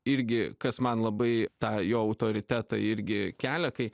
irgi kas man labai tą jo autoritetą irgi kelia kai